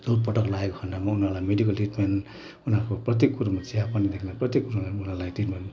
चोटपटक लागेको खण्डमा उनीहरूलाई मेडिकल ट्रिटमेन्ट उनीहरूको प्रत्येक कुरामा स्याहार पनि देख्न प्रत्येक कुरामा उनीहरूलाई ट्रिटमेन्ट